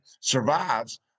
survives